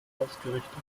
ausgerichtet